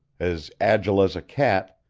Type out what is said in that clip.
as agile as a cat,